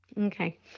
Okay